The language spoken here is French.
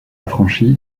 affranchi